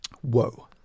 whoa